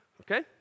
okay